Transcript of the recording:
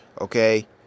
okay